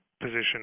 position